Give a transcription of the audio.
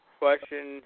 question